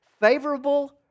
favorable